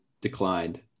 declined